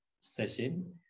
session